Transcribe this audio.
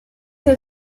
que